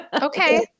Okay